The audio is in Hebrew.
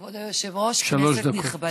כבוד היושב-ראש, כנסת נכבדה,